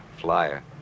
Flyer